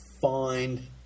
find